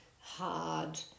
hard